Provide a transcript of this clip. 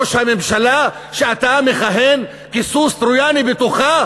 ראש הממשלה שאתה מכהן כסוס טרויאני בתוכה